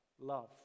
love